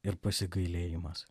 ir pasigailėjimas